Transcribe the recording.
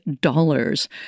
dollars